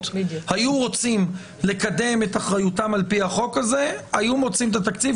היו רוצים לקדם את אחריותם על-פי החוק הזה הם היו מוצאים את תקציב.